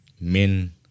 men